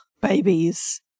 babies